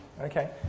okay